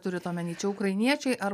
turit omeny čia ukrainiečiai ar